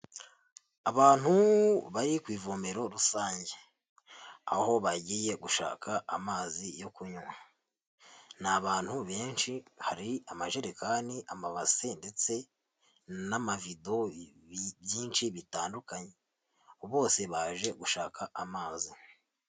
Abantu bari ku ivomero rusange, aho bagiye gushaka amazi yo kunywa n'abantu benshi hari amajerekani, amabase ndetse n'amavido byinshi bitandukanye, bose baje gushaka amazi.